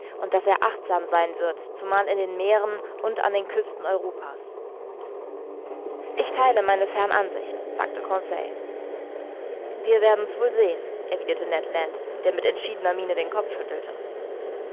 und daß er achtsam sein wird zumal in den meeren und an den küsten europa's ich theile meines herrn ansicht sagte conseil wir werden's wohl sehen erwiderte ned land der mit entschiedener miene den kopf schüttelte